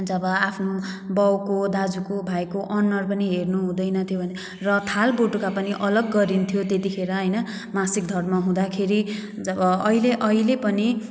अन्त अब आफ्नो बाबुको दाजुको भाइको अनुहार पनि हेर्नुहुँदैन थियो भने र थालबटुका पनि अलग गरिन्थ्यो त्यतिखेर होइन मासिक धर्म हुँदाखेरि जब अहिले अहिले पनि